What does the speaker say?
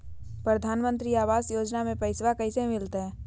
प्रधानमंत्री आवास योजना में पैसबा कैसे मिलते?